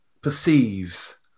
perceives